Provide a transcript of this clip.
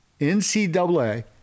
NCAA